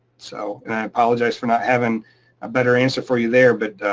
so, and i apologize for not having a better answer for you there, but.